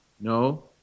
No